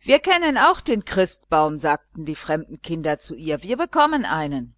wir kennen auch den christbaum sagten die fremden kinder zu ihr wir bekommen einen